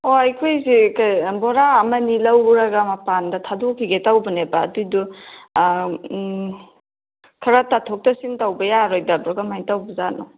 ꯑꯣ ꯑꯩꯈꯣꯏꯁꯦ ꯀꯩ ꯕꯣꯔꯥ ꯑꯃ ꯑꯅꯤ ꯂꯧꯔꯒ ꯃꯄꯥꯟꯗ ꯊꯥꯗꯣꯛꯈꯤꯒꯦ ꯇꯧꯕꯅꯦꯕ ꯑꯗꯨꯒꯤꯗꯣ ꯈꯔ ꯇꯥꯊꯣꯛ ꯇꯥꯁꯤꯟ ꯇꯧꯕ ꯌꯥꯔꯣꯏꯗꯕ꯭ꯔꯣ ꯀꯃꯥꯏꯅ ꯇꯧꯕ ꯖꯥꯠꯅꯣ